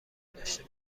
داشته